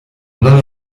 non